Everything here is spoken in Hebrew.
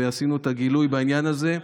ועשינו את הגילוי בעניין הזה.